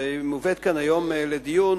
שמובאת כאן היום לדיון,